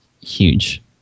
Huge